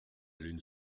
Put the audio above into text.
lune